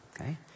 okay